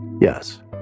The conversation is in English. yes